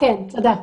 דבי לא תהיה.